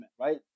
right